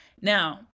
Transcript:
Now